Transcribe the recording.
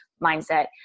mindset